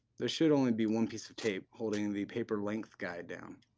there should only be one piece of tape holding the paper length guide down.